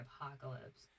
apocalypse